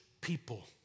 people